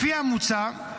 לפי המוצע,